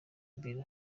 bureau